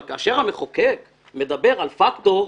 אבל כאשר המחוקק מדבר על פקטור,